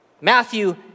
Matthew